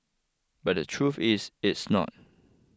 but the truth is it's not